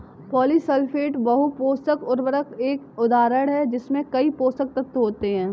polysulphate बहु पोषक उर्वरक का एक उदाहरण है जिसमें कई पोषक तत्व होते हैं